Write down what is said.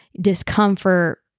discomfort